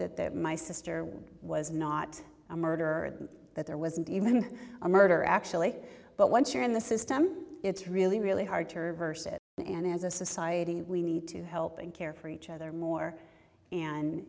that my sister was not a murderer that there wasn't even a murder actually but once you're in the system it's really really hard to reverse it and as a society we need to help and care for each other more and